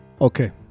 Okay